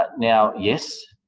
but now, yes,